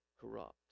corrupt